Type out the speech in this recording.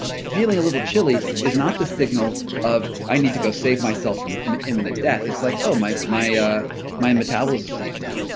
feeling a little chilly is not the signal of, i need to go save myself from imminent death. it's like, oh, my my ah metabolism is heating up.